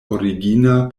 origina